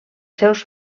seus